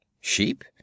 Sheep